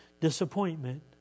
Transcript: disappointment